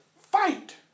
fight